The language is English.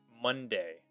Monday